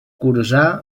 cursà